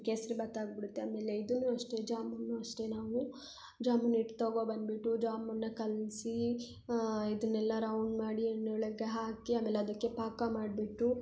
ಕೇಸರಿ ಭಾತ್ ಆಗಿಬಿಡುತ್ತೆ ಆಮೇಲೆ ಇದೂ ಅಷ್ಟೇ ಜಾಮೂನು ಅಷ್ಟೇ ನಾವು ಜಾಮೂನ್ ಹಿಟ್ ತಗೋ ಬಂದ್ಬಿಟ್ಟು ಜಾಮೂನನ್ನ ಕಲಿಸಿ ಇದನ್ನೆಲ್ಲ ರೌಂಡ್ ಮಾಡಿ ಎಣ್ಣೆ ಒಳಗೆ ಹಾಕಿ ಆಮೇಲೆ ಅದಕ್ಕೆ ಪಾಕ ಮಾಡಿಬಿಟ್ಟು